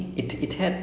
like you